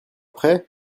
prêt